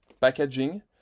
packaging